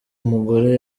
mugore